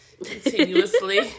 continuously